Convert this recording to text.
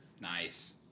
nice